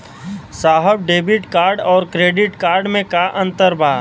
साहब debit card और credit card में का अंतर बा?